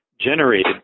generated